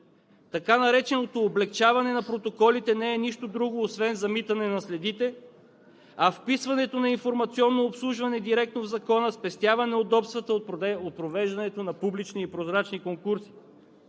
Така нареченото облекчаване на протоколите не е нищо друго, освен замитане на следите, а вписването на Информационно обслужване директно в Закона спестява неудобствата от провеждането на публични и прозрачни конкурси.